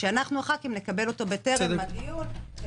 שאנחנו הח"כים נקבל אותו טרם הדיון.